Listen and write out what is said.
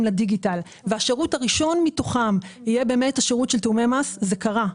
לדיגיטל והשירות הראשון מתוכם יהיה השירות של תיאומי מס זה קרה.